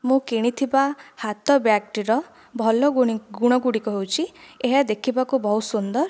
ମୁଁ କିଣିଥିବା ହାତ ବ୍ୟାଗ ଟିର ଭଲ ଗୁଣି ଗୁଣ ଗୁଡ଼ିକ ହେଉଛି ଏହା ଦେଖିବାକୁ ବହୁତ ସୁନ୍ଦର